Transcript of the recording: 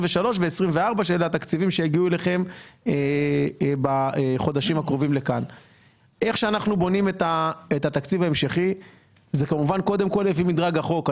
ולשנת 2024. אנחנו בונים את התקציב ההמשכי לפי מדרג החוק.